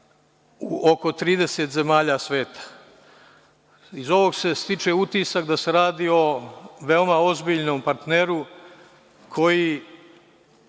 u oko 30 zemalja sveta. Iz ovog se stiče utisak da se radi o veoma ozbiljnom partneru koji